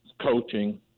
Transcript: coaching